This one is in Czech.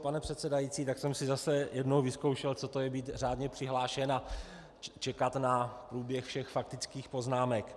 Pane předsedající, tak jsem si zase jednou vyzkoušel, co to je být řádně přihlášen a čekat na průběh všech faktických poznámek.